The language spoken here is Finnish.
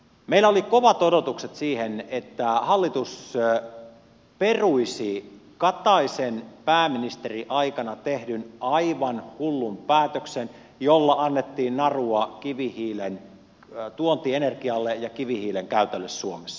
meillä oli kovat odotukset siihen että hallitus peruisi kataisen pääministeriaikana tehdyn aivan hullun päätöksen jolla annettiin narua kivihiilen tuontienergialle ja kivihiilen käytölle suomessa